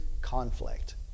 conflict